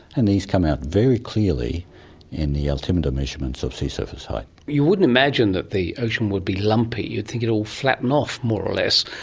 and these come out very clearly in the altimeter measurements of sea surface height. you wouldn't imagine that the ocean would be lumpy, you'd think it would all flatten off, more or less.